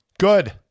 Good